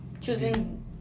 choosing